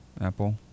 apple